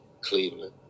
Cleveland